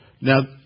Now